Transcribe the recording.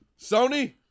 Sony